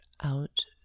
out